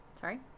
Sorry